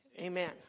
amen